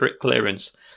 clearance